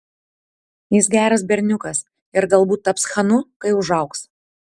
jis geras berniukas ir galbūt taps chanu kai užaugs